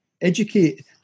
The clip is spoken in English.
educate